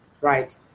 right